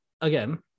again